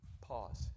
Pause